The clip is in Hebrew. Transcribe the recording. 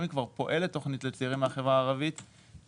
בהתחלה אלה שניגשו